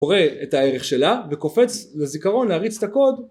קורא את הערך שלה וקופץ לזיכרון להריץ את הקוד